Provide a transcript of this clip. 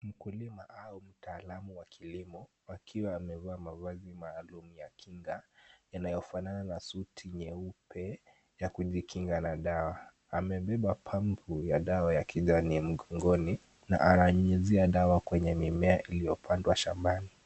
Mkulima au mtaalamu wa kilimo akiwa amevaa mavazi maalum ya kinga yanayofanana na suti nyeupe ya kujikinga na dawa. Amebeba pampu ya dawa ya kijani mgongoni na ananyunyuzia dawa kwenye mimea iliyopandwa shambani.